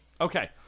Okay